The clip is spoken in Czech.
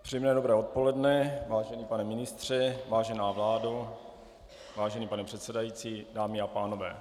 Příjemné dobré odpoledne, vážený pane ministře, vážená vládo, vážený pane předsedající, dámy a pánové.